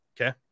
Okay